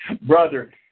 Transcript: Brother